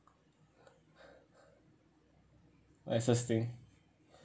nicest thing